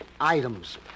Items